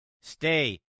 Stay